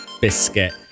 biscuit